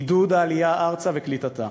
עידוד העלייה ארצה וקליטתה.